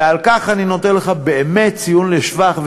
ועל כך אני נותן לך באמת ציון לשבח,